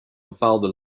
bepaalde